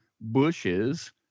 bushes